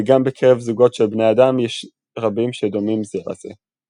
וגם בקרב זוגות של בני אדם יש רבים שדומים זה לזה.